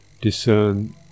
discern